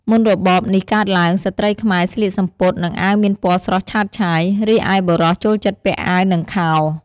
មុនរបបនេះកើតទ្បើង ស្ត្រីខ្មែរស្លៀកសំពត់ និងអាវមានពណ៌ស្រស់ឆើតឆាយ រីឯបុរសចូលចិត្តពាក់តអាវ និងខោ ។